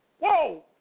Whoa